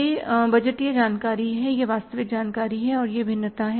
यह बजटीय जानकारी है यह वास्तविक जानकारी है और यह भिन्नता है